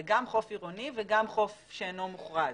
זה גם חוף עירוני וגם חוף שאינו מוכרז.